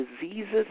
diseases